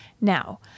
Now